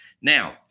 Now